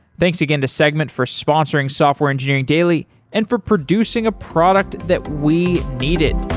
thanks again to segment for sponsoring software engineering daily and for producing a product that we needed.